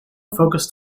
focused